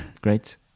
great